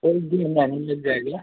एक दिन